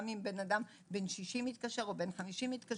גם אם בן אדם בן 60 או 50 מתקשר,